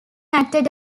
acted